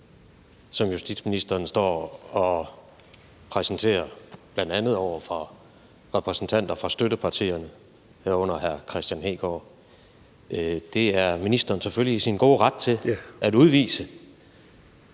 som justitsministeren står og giver udtryk for, bl.a. over for repræsentanter for støttepartierne, herunder hr. Kristian Hegaard. Det er ministeren selvfølgelig i sin gode ret til at udvise